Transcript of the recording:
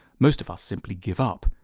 most of us simply give up,